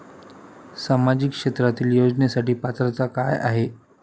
सामाजिक क्षेत्रांतील योजनेसाठी पात्रता काय आहे?